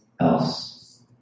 else